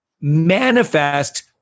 manifest